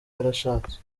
yarashatse